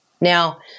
Now